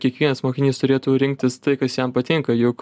kiekvienas mokinys turėtų rinktis tai kas jam patinka juk